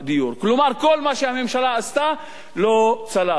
כלומר כל מה שהממשלה עשתה לא צלח.